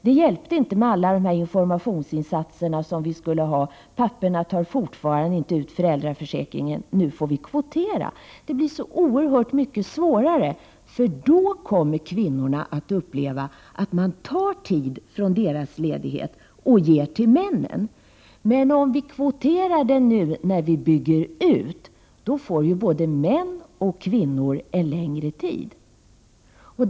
Det hjälpte inte med alla informationsinsatser. Papporna väljer fortfarande att inte utnyttja föräldraförsäkringen. Nu får vi kvotera. Det hela blir då så oerhört mycket svårare. Kvinnorna kommer att uppleva situationen så, att man tar tid från deras ledighet och ger denna till männen. Men om vi kvoterar nu när vi bygger ut, får både män och kvinnor en längre tid med sina barn.